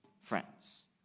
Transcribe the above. friends